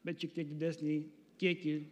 bet šiek tiek didesnį kiekį